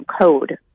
code